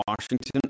Washington